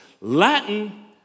Latin